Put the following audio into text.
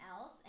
else